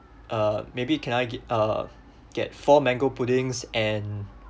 uh maybe can I get uh get four mango puddings and